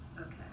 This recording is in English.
Okay